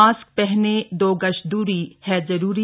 mask पहनें दो गज दूरी है जरूरी